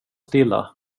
stilla